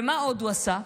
ומה עוד הוא עשה?